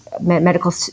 medical